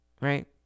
Right